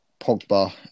Pogba